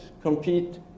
compete